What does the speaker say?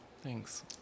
Thanks